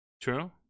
True